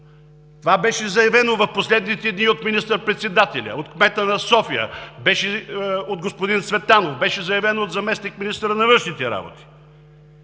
Това беше заявено в последните дни от министър-председателя, от кмета на София, от господин Цветанов, беше заявено от заместник-министъра на външните работи.